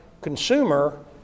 consumer